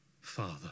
Father